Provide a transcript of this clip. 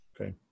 okay